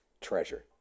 treasure